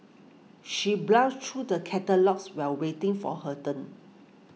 she browsed through the catalogues while waiting for her turn